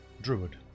druid